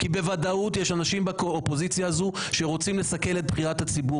כי בוודאות יש אנשים באופוזיציה הזו שרוצים לסכל את בחירת הציבור,